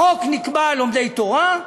בחוק נקבע לומדי תורה,